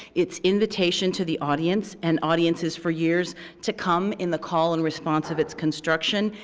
it's invitation to the audience and audiences for years to come in the call and response of its construction,